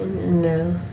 No